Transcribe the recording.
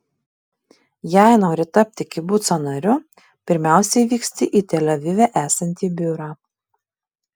jei nori tapti kibuco nariu pirmiausiai vyksti į tel avive esantį biurą